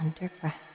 underground